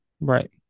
right